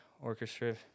Orchestra